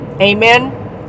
Amen